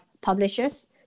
publishers